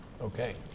Okay